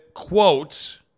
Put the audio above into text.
quote